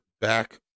back